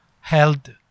held